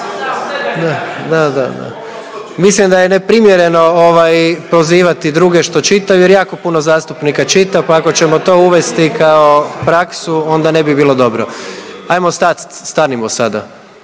Mislim da je neprimjereno ovaj prozivati druge što čitaju jer jako puno zastupnika čita pa ako ćemo to uvesti kao praksu onda ne bi bilo dobro. Ajmo stat, stanimo sada,